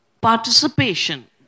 Participation